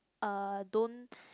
uh don't